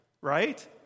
right